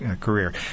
career